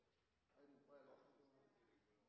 Europa er